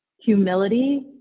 humility